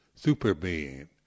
superbeing